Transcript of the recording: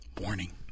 Warning